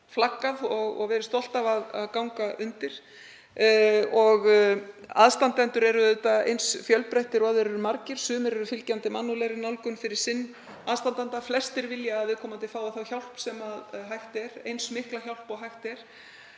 flaggað og verið stolt af að ganga undir. Aðstandendur eru auðvitað eins fjölbreyttir og þeir eru margir. Sumir eru fylgjandi mannúðlegri nálgun fyrir sinn ástvin. Flestir vilja að viðkomandi fái þá hjálp sem hægt er, eins mikla hjálp og hægt er.